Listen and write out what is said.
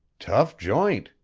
tough joint,